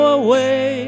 away